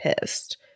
pissed